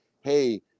hey